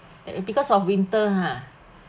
that is because of winter !huh!